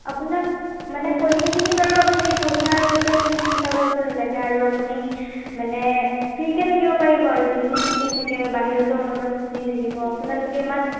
আপোনাক মানে পইচাখিনি বাৰু আপুনি পইচাৰ প্ৰতি আপুনি চিন্তা কৰিব নালাগে আৰু আপুনি মানে ফ্ৰীকে থাকিব পাৰিব আৰু যিখিনি শ্বুটিং থাকে বা বাহিৰতো অলপমান শ্বুটিং থাকিব আপোনালোকে ইমান